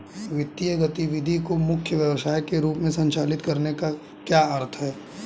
वित्तीय गतिविधि को मुख्य व्यवसाय के रूप में संचालित करने का क्या अर्थ है?